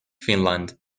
finland